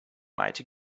mighty